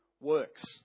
works